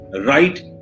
right